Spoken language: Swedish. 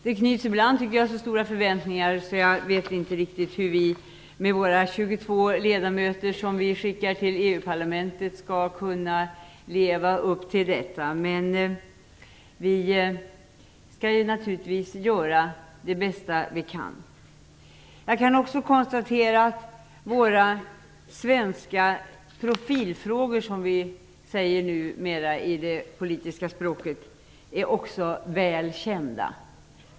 Det knyts ibland så stora förväntningar att jag inte riktigt vet hur vi med de 22 ledamöter som vi skickar till EU parlamentet skall kunna leva upp till dem. Vi skall naturligtvis göra det bästa vi kan. Jag kan också konstatera att våra svenska profilfrågor, som vi numera säger i det politiska språket, också är väl kända.